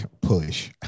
Push